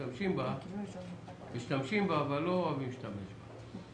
משתמשים בה אבל לא אוהבים להשתמש בה.